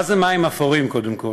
מה זה מים אפורים, קודם כול?